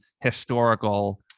historical